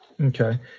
Okay